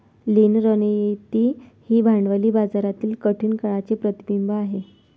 लीन रणनीती ही भांडवली बाजारातील कठीण काळाचे प्रतिबिंब आहे